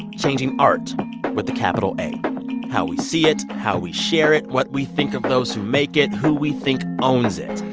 changing art with a capital a how we see it, how we share it, what we think of those who make it, who we think owns it.